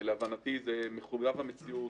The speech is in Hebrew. להבנתי, זה מחויב המציאות.